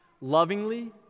Lovingly